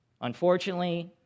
Unfortunately